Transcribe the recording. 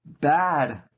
bad